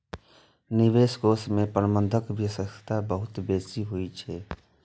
निवेश कोष मे प्रबंधन विशेषज्ञता बहुत बेसी होइ छै